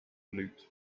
loot